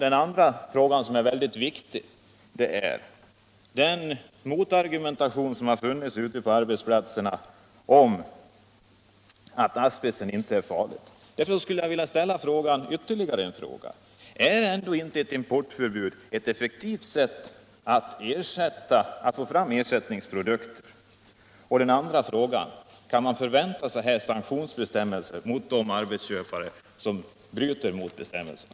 — En annan mycket viktig sak är den motargumentation som förts ute på arbetsplatserna och som säger att asbest inte är farlig. Därför skulle jag vilja fråga: Är inte ett importförbud ett effektivt sätt att få fram ersättningsprodukter? Och till sist vill jag fråga: Kan man förvänta sig sanktionsbestämmelser mot de arbetsköpare som bryter mot bestämmelserna?